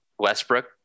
Westbrook